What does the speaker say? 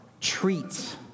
treats